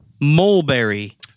Mulberry